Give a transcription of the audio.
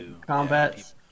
combats